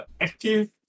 Active